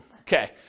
Okay